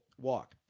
walk